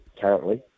currently